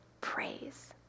praise